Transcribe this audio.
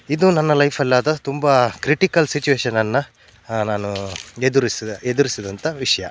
ಇದು ನನ್ನ ಲೈಫಲ್ಲಾದ ತುಂಬ ಕ್ರಿಟಿಕಲ್ ಸಿಚುವೇಷನನ್ನು ನಾನು ಎದುರಿಸಿದ ಎದುರಿಸಿದಂಥ ವಿಷಯ